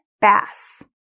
Bass